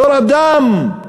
בתור אדם.